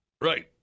Right